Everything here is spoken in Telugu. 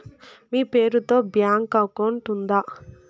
మీ పేరు తో బ్యాంకు అకౌంట్ ఉందా?